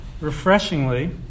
refreshingly